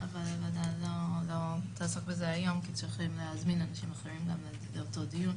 הוועדה לא תעסוק בזה היום כי צריכים להזמין אנשים אחרים לאותו דיון,